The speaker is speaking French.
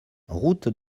route